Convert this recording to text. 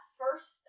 first